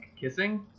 kissing